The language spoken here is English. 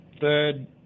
Third